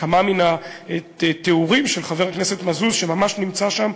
כמה מן התיאורים של חבר הכנסת מזוז, שממש נמצא שם.